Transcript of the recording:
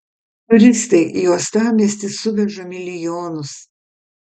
turistai į uostamiestį suveža milijonus